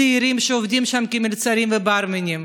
הצעירים שעובדים שם כמלצרים וברמנים.